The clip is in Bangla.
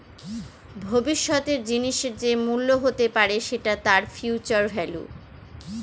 ভবিষ্যতের জিনিসের যে মূল্য হতে পারে সেটা তার ফিউচার ভেল্যু